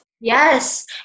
Yes